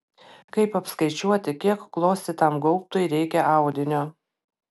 kaip apskaičiuoti kiek klostytam gaubtui reikia audinio